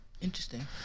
Interesting